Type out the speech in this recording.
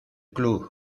club